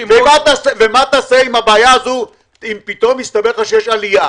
ומה תעשה אם פתאום יסתבר לך שיש עלייה?